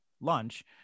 lunch